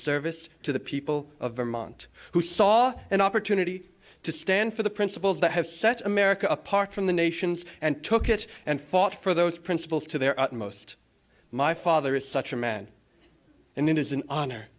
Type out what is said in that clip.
service to the people of vermont who saw an opportunity to stand for the principles that have set america apart from the nations and took it and fought for those principles to their utmost my father is such a man and it is an honor